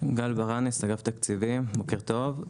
בוקר טוב.